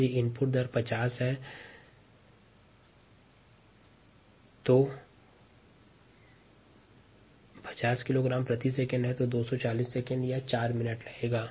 यदि input rate 50 kilogram प्रति second है तो समय 240 सेकंड या 4 मिनट होगा